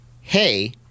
Hey